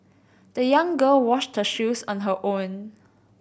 the young girl washed her shoes on her own